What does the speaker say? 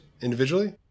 individually